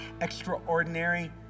extraordinary